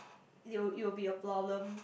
it will it will be a problem